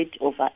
over